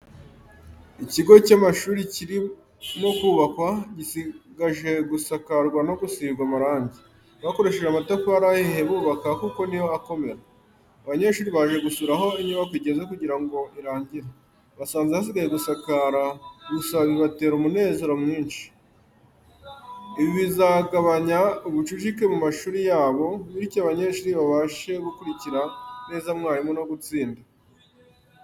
Ikigo cy'amashuri kirimo kubakwa, gisigaje gusakarwa no gusigwa amarangi, bakoresheje amatafari ahiye bubaka kuko niyo akomera. Abanyeshuri baje gusura aho inyubako igeze kugira ngo irangire, basanze hasigaye gusakara gusa bibatera umunezero mwinshi. Ibi bizagabanya ubucucike mu mashuri yabo, bityo abanyeshuri babashe gukurikira neza mwarimu no gutsinda.